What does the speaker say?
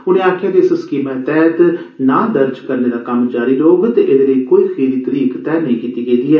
उनें आक्खेआ जे इस स्कीमे तैह्त नां दर्ज करने दा कम्म जारी रौह्ग ते एह्दे लेई कोई खीरी तरीक तैह नेई कीती गेदी ऐ